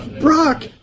Brock